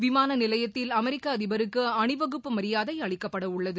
விமானநிலையத்தில் அமெரிக்கஅதிபருக்குஅணிவகுப்பு மரியாதைஅளிக்கப்படஉள்ளது